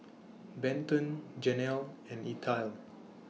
Benton Janelle and Ethyle